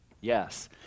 Yes